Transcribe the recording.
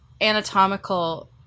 anatomical